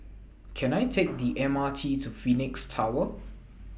Can I Take The M R T to Phoenix Tower